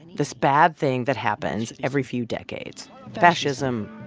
this bad thing that happens every few decades fascism,